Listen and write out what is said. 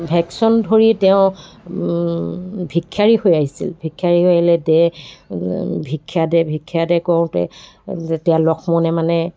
ভেশচন ধৰি তেওঁ ভিক্ষাৰী হৈ আহিছিল ভিক্ষাৰী হৈ আহি দে ভিক্ষা দে ভিক্ষা দে কওঁতে যেতিয়া লক্ষ্মণে মানে